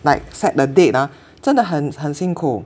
like set the date ah 真的很很辛苦